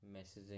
messaging